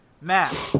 Matt